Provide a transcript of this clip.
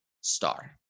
star